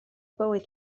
bywyd